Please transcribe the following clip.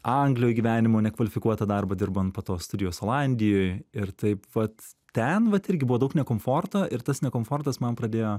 anglijoj gyvenimo nekvalifikuotą darbą dirbant po to studijos olandijoj ir taip vat ten vat irgi buvo daug nekomforto ir tas nekomfortas man pradėjo